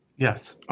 yes.